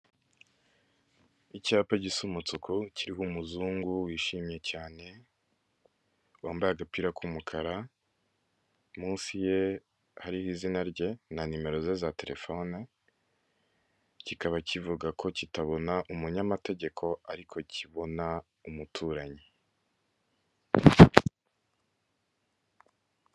Icyapa gisa umutuku kiriho umuzungu wishimye cyane wambaye agapira k'umukara, munsi ye hariho izina rye na nimero ze za terefone, kikaba kivuga ko kitabona umunyamategeko ariko kibona umuturanyi.